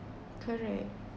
correct